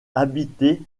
habitées